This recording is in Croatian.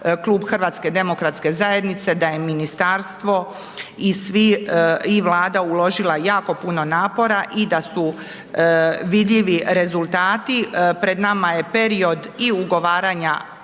za koje smatra Klub HDZ-a da je ministarstvo i svi i Vlada uložila jako puno napora i da su vidljivi rezultati, pred nama je period i ugovaranja